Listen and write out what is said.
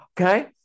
Okay